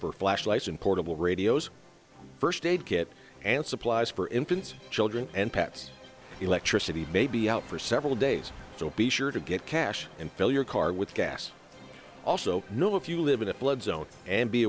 for flashlights and portable radios first aid kit and supplies for infants children and pets electricity baby out for several days so be sure to get cash and fill your car with gas also know if you live in a flood zone and be